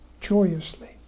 joyously